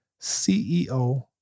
CEO